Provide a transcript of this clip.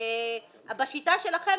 בשיטה שלכם,